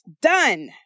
done